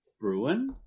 Bruin